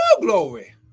glory